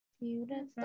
Beautiful